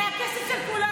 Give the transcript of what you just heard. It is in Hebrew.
פה?